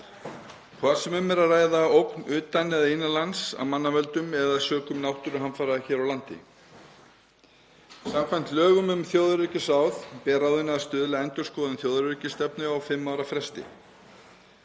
sem um er að ræða ógn utan eða innan lands, af mannavöldum eða sökum náttúruhamfara hér á landi. Samkvæmt lögum um þjóðaröryggisráð ber ráðinu að stuðla að endurskoðun þjóðaröryggisstefnu á fimm ára fresti.